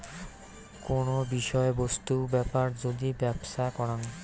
কোন বিষয় বস্তু বেপার যদি ব্যপছা করাং